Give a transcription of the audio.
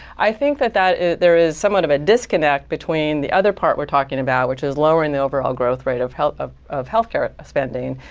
i think that that there is somewhat of a disconnect between the other part we're talking about, which is lowering the overall growth rate of health ah of health care spending.